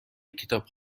کتاب